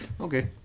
okay